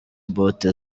bote